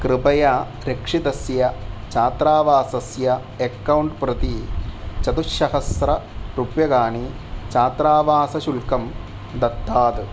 कृपया रक्षितस्य छात्रावासस्य एक्कौण्ट् प्रति चतुसहस्र रूप्यकाणि छात्रावासशुल्कं दत्तात्